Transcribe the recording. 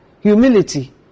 humility